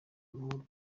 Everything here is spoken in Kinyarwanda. ruhurura